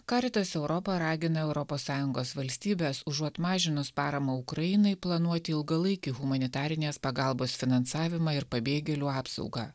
caritas europa ragina europos sąjungos valstybes užuot mažinus paramą ukrainai planuoti ilgalaikį humanitarinės pagalbos finansavimą ir pabėgėlių apsaugą